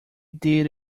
did